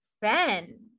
Ben